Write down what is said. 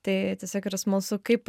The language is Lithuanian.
tai tiesiog yra smalsu kaip